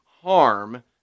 harm